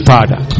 Father